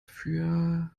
für